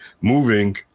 moving